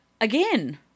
again